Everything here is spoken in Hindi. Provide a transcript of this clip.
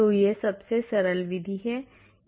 तो यह सबसे सरल विधि है